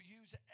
use